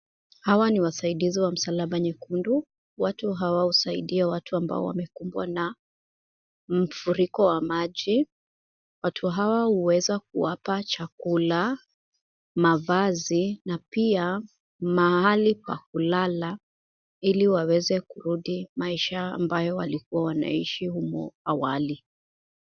Hawa ni wasaidizi wa Msalaba Nyekundu. Watu hawa husaidia watu ambao wamekumbwa na mfuriko wa maji. Watu hawa huweza kuwapa chakula, mavazi na pia mahali pa kulala ili waweze kurudi maisha ambayo walikuwa wanaishi humo awali.